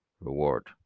reward